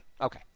Okay